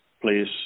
please